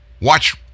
Watch